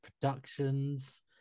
Productions